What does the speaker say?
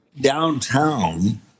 downtown